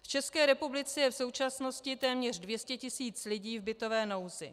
V České republice je v současnosti téměř 200 tisíc lidí v bytové nouzi.